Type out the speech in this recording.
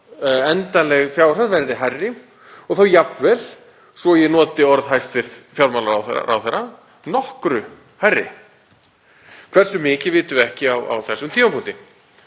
endanleg fjárhæð verði hærri og þá jafnvel, svo að ég noti orð hæstv. fjármálaráðherra, nokkru hærri. Hversu mikið vitum við ekki á þessum tímapunkti.